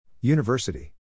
University